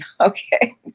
Okay